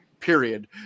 period